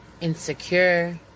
insecure